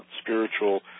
spiritual